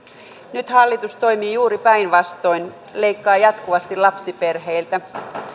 nyt hallitus toimii juuri päinvastoin leikkaa jatkuvasti lapsiperheiltä